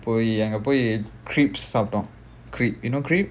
போய் அங்க போய்:poi anga poi crepes சாப்பிட்டோம்:saptom crepe you know crepe